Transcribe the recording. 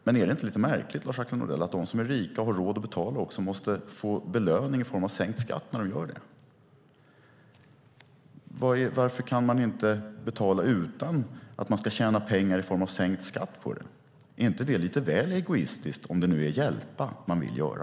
Men är det inte lite märkligt, Lars-Axel Nordell, att de som är rika och har råd att betala måste få belöning i form av sänkt skatt när de gör det? Varför kan man inte betala utan att man ska tjäna pengar i form av sänkt skatt? Är inte det lite väl egoistiskt, om det nu är hjälpa man vill göra?